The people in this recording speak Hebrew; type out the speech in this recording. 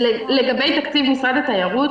לגבי תקציב משרד התיירות